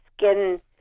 skin